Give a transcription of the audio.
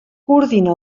coordina